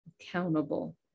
accountable